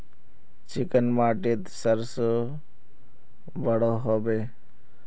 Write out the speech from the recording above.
Chicken माटित सरसों बढ़ो होबे?